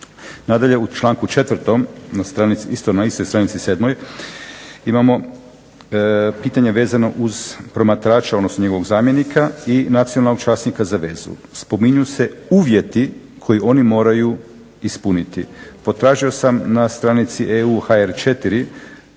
Nadalje u članku 4. na istoj stranici 7. imamo pitanje vezano uz promatrača odnosno njegovog zamjenika i nacionalnog časnika za vezu. Spominju se uvjeti koji oni moraju ispuniti. Potražio sam na stranici EUHR